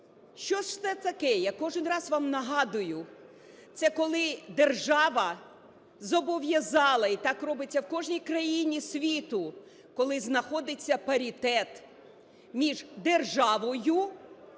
Що ж це таке? Я кожен раз вам нагадую. Це коли держава зобов'язала, і так робиться в кожній країні світу, коли знаходиться паритет між державою, бізнесом